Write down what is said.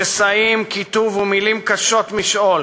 שסעים, קיטוב ומילים קשות משאול